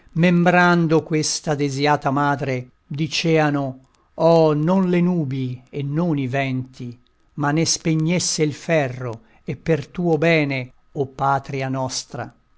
pene membrando questa desiata madre diceano oh non le nubi e non i venti ma ne spegnesse il ferro e per tuo bene o patria nostra